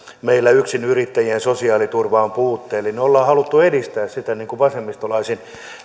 meillä yksinyrittäjien sosiaaliturva on puutteellinen me olemme halunneet edistää sitä vasemmistolaisin